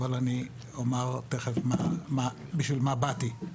אבל תכף אני אומר בשביל מה באתי.